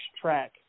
track